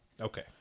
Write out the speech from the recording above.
Okay